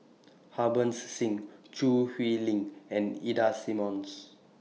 Harbans Singh Choo Hwee Lim and Ida Simmons